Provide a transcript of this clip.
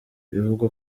bivugwa